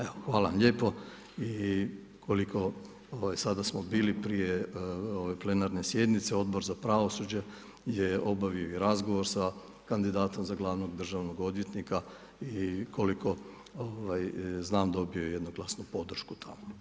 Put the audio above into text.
Evo hvala vam lijepo i koliko sada smo bili prije ove plenarne sjednice, Odbor za pravosuđe je obavio i razgovor sa kandidatom za glavnog državnog odvjetnika i koliko znam, dobio je jednoglasnu podršku tamo.